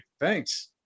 thanks